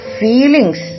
feelings